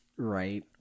Right